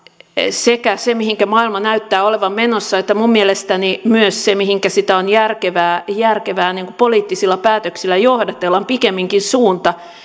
sekä se mihinkä maailma näyttää olevan menossa että minun mielestäni myös se mihinkä sitä on järkevää järkevää poliittisilla päätöksillä johdatella on pikemminkin suunta